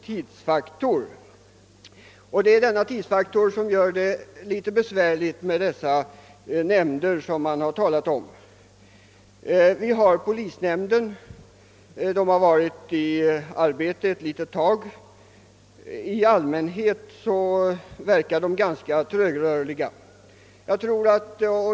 Tidsfaktorn gör det för övrigt litet besvärligt med dessa polisnämnder som man har talat om. Vi har polisnämnder, som har varit i arbete en kort tid. I allmänhet förefaller dessa nämnder arbeta långsamt.